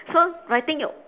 so writing your